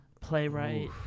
Playwright